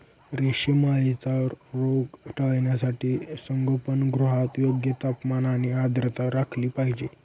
रेशीम अळीचा रोग टाळण्यासाठी संगोपनगृहात योग्य तापमान आणि आर्द्रता राखली पाहिजे